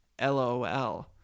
LOL